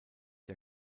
der